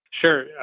sure